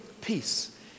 peace